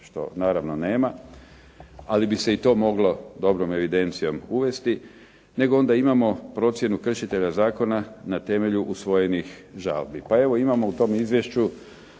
što naravno nema, ali bi se i to moglo dobrom evidencijom uvesti nego onda imamo procjenu kršitelja zakona na temelju usvojenih žalbi. Pa evo imamo u tom izvješću